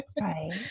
Right